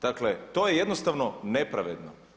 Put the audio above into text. Dakle to je jednostavno nepravedno.